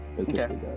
Okay